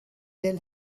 tell